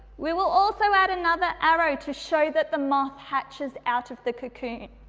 we will also add another arrow to show that the moth hatches out of the cocoon.